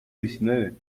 diecinueve